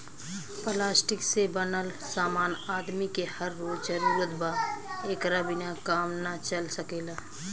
plastic से बनल समान आदमी के हर रोज जरूरत बा एकरा बिना काम ना चल सकेला